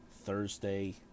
Thursday